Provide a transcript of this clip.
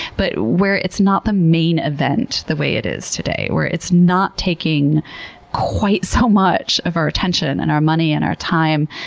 but where it's not the main event, the way it is today. where it's not taking quite so much of our attention, and our money, and our time.